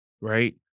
right